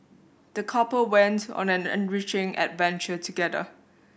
the couple went on an enriching adventure together